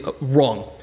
wrong